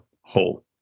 whole